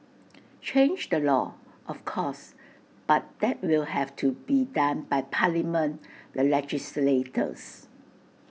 change the law of course but that will have to be done by parliament the legislators